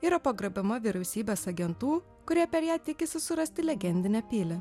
yra pagrobiama vyriausybės agentų kurie per ją tikisi surasti legendinę pilį